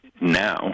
now